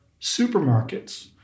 supermarkets